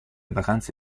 vacanze